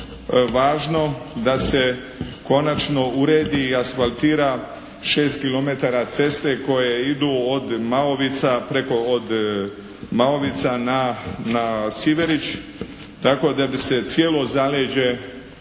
važno da se konačno uredi i asfaltira 6 kilometara ceste koje idu od Maovica preko od Maovica na Siverić. Tako da bi se cijelo zaleđe Šibenske